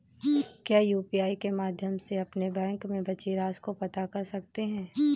क्या यू.पी.आई के माध्यम से अपने बैंक में बची राशि को पता कर सकते हैं?